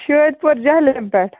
شٲدپورِ جَہلِم پیٚٹھ